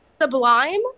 Sublime